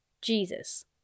Jesus